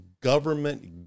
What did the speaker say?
government